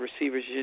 receivers